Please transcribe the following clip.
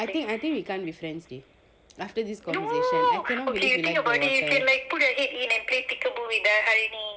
I think I think we can't be friends they after this conversation I couldn't cannot believe you like the wall tear